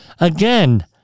Again